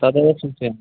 तदेव सूचयामि